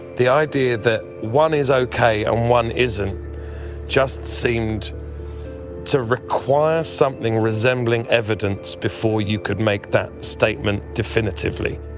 the idea that one is ok and one isn't just seemed to require something resembling evidence before you could make that statement definitively.